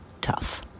tough